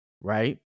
right